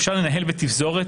אפשר לנהל בתפזורת,